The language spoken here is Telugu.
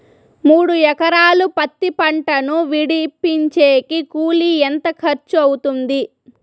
మూడు ఎకరాలు పత్తి పంటను విడిపించేకి కూలి ఎంత ఖర్చు అవుతుంది?